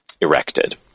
erected